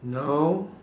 now